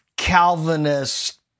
Calvinist